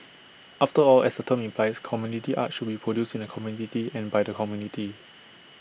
after all as the term implies community arts should be produced in the community and by the community